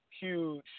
huge